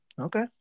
Okay